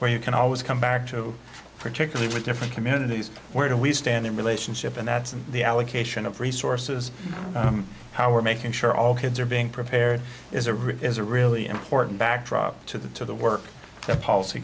where you can always come back to particularly with different communities where do we stand in relationship and that's the allocation of resources how we're making sure all kids are being prepared is a real is a really important backdrop to the to the work that policy